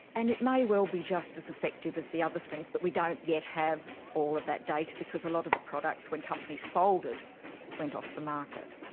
and it may well be just as effective as the other slings but we don't yet have all of that data because a lot of the products when companies folded went off the market.